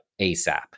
ASAP